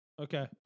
Okay